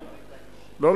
לא,